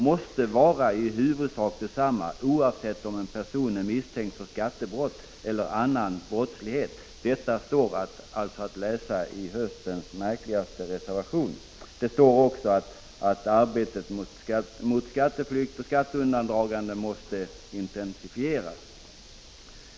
måste vara i huvudsak desamma oavsett om en person är misstänkt för skattebrott eller annan brottslighet.” Detta står alltså att läsa i höstens märkligaste reservation. Det står också att arbetet mot — Prot. 1985/86:49 skatteflykt och skatteundandragande måste intensifieras.